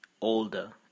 older